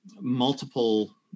Multiple